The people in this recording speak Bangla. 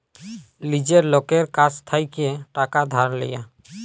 লীজের লকের কাছ থ্যাইকে টাকা ধার লিয়া